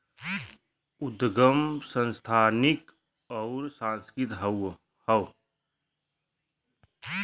उदगम संस्थानिक अउर सांस्कृतिक हौ